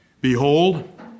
behold